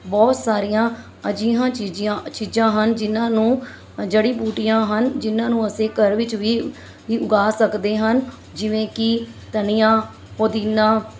ਬਹੁਤ ਸਾਰੀਆਂ ਅਜਿਹੀਆਂ ਚੀਜੀਆਂ ਚੀਜ਼ਾਂ ਹਨ ਜਿਹਨਾਂ ਨੂੰ ਜੜੀ ਬੂਟੀਆਂ ਹਨ ਜਿਹਨਾਂ ਨੂੰ ਅਸੀਂ ਘਰ ਵਿੱਚ ਵੀ ਵੀ ਉਗਾ ਸਕਦੇ ਹਨ ਜਿਵੇਂ ਕਿ ਧਨੀਆ ਪੁਦੀਨਾ